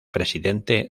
presidente